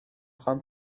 خوام